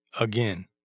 again